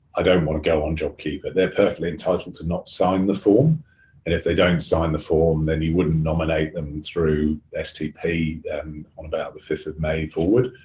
i don't wanna go on jobkeeper. they're perfectly entitled to not sign the form and if they don't sign the form, then you wouldn't nominate them through stp on about the fifth of may forward,